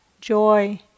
joy